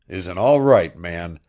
is an all-right man,